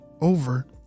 Over